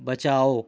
बचाओ